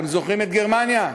אתם זוכרים את גרמניה?